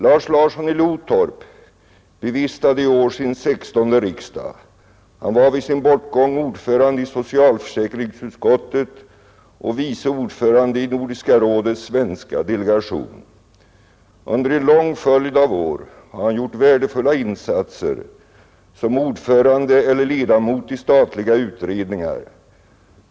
Lars Larsson i Lotorp bevistade i år sin sextonde riksdag. Han var vid sin bortgång ordförande i socialförsäkringsutskottet och vice ordförande i Nordiska rådets svenska delegation. Under en lång följd av år har han gjort värdefulla insatser som ordförande eller ledamot i statliga utredningar.